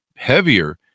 heavier